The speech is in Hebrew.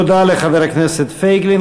תודה לחבר הכנסת פייגלין.